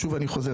שוב אני חוזר,